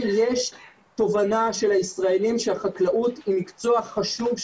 יש תובנה של הישראלים שחקלאות היא מקצוע חשוב,